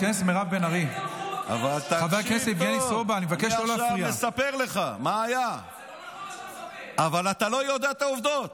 אבל אני מספר לך את האמת.